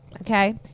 okay